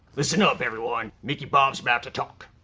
listen up everyone. mickey bob is about to talk,